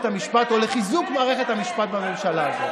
המשפט או לחיזוק מערכת המשפט בממשלה הזאת.